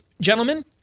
gentlemen